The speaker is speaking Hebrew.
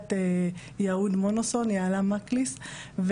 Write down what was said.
עיריית יהוד-מונוסון, יעלה מקליס.